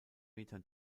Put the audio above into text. meter